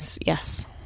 Yes